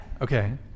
okay